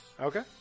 Okay